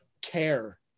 care